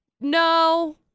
No